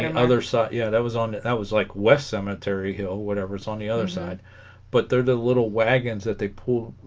and other side yeah that was on it that was like west cemetery hill whatever it's on the other side but they're the little wagons that they pull